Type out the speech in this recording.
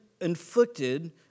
inflicted